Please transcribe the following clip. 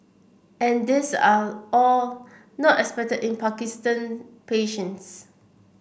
and these are all not unexpected in Parkinson patients